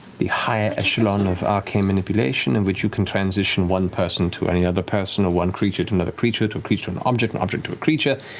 the higher echelon of arcane manipulation in which you can transition one person to any other person, or one creature to another creature, to a creature an object, an object to a creature,